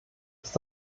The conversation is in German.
ist